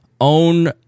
own